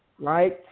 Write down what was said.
right